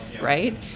right